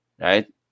right